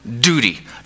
duty